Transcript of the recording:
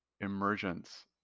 emergence